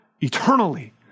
eternally